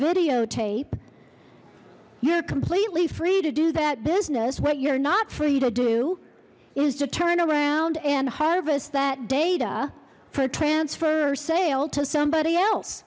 videotape you're completely free to do that business what you're not free to do is to turn around and harvest that data for transfer or sale to somebody else